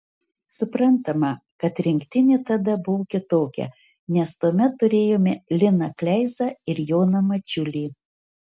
suprantama kad rinktinė tada buvo kitokia nes tuomet turėjome liną kleizą ir joną mačiulį